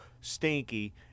stinky